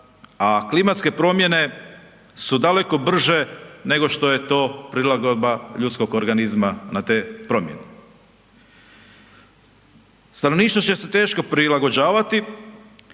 a klimatske promjene su daleko brže nego što je to prilagodba ljudskog organizma na te promjene. Stanovništvo će se teško prilagođavati,